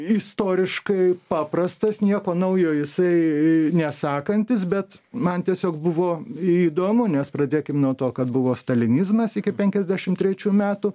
istoriškai paprastas nieko naujo jisai nesakantis bet man tiesiog buvo įdomu nes pradėkim nuo to kad buvo stalinizmas iki penkiasdešim trečių metų